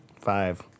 Five